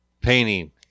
painting